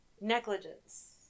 Negligence